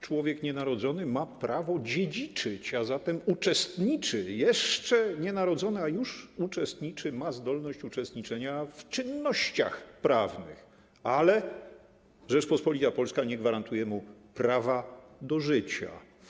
Człowiek nienarodzony ma prawo dziedziczyć, a zatem jeszcze nienarodzony, a już uczestniczy, ma zdolność uczestniczenia w czynnościach prawnych, ale Rzeczpospolita Polska nie gwarantuje mu prawa do życia.